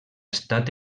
estat